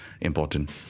important